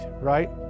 right